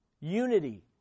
Unity